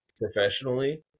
professionally